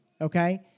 okay